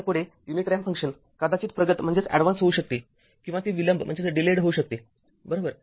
तर पुढेयुनिट ramp function कदाचित प्रगत होऊ शकते किंवा ते विलंब होऊ शकते बरोबर